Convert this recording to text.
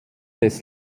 des